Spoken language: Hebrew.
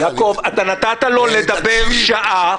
יעקב, אתה נתת לו לדבר שעה.